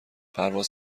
پرواز